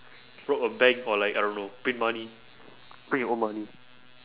rob a bank or like I don't know print money print your own money